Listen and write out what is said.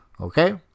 Okay